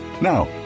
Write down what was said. Now